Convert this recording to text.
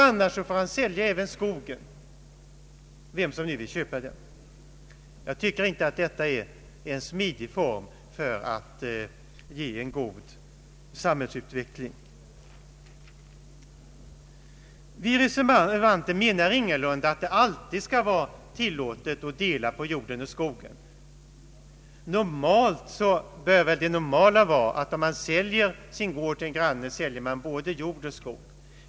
Annars får han sälja även skogen, vem som nu vill köpa den. Jag tycker inte att detta är en smidig form för en god samhällsutveckling. Vi reservanter menar ingalunda att det alltid skall vara tillåtet att dela på jorden och skogen. Det normala bör vara att om man säljer sin gård till en granne, säljer man både jorden och skogen.